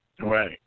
right